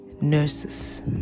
nurses